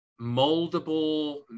moldable